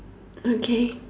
okay